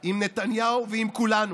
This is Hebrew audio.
עם נתניהו ועם כולנו.